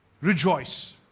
Rejoice